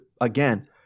again